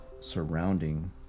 surrounding